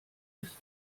ist